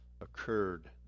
occurred